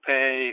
Pay